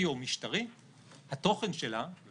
בסדר, תודה.